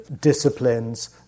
disciplines